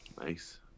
Nice